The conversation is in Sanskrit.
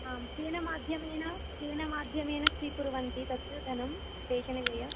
आम् केन माध्यमेन केन माध्यमेन स्वीकुर्वन्ति तत्र धनं